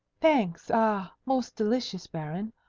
thanks! ah most delicious, baron!